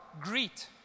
greet